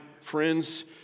friends